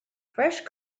fresh